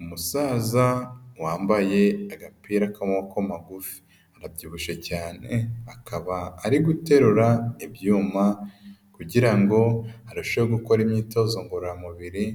Umusaza wambaye agapira k'amaboko magufi. Arabyibushye cyane, akaba ari guterura ibyuma, kugira ngo arusheho gukora imyitozo ngororamubiri